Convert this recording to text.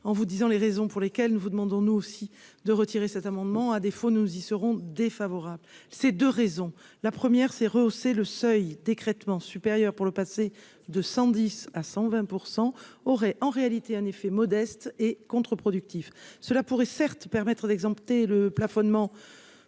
en vous disant les raisons pour lesquelles nous vous demandons-nous aussi de retirer cet amendement, à défaut, nous y serons défavorables, ces 2 raisons, la première c'est rehausser le seuil d'écrêtement supérieur pour le passer de 110 à 120 % aurait en réalité un effet modeste et contre-productif, cela pourrait, certes, permettre d'exempter le plafonnement